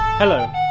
Hello